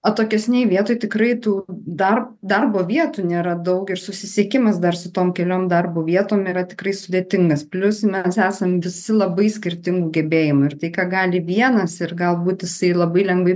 atokesnėj vietoj tikrai tų darbo vietų nėra daug ir susisiekimas dar su tom keliom darbo vietom yra tikrai sudėtingas plius mes esam visi labai skirtingų gebėjimų ir tai ką gali vienas ir galbūt jisai labai lengvai